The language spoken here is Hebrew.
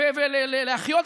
שמאחוריה